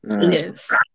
Yes